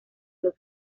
los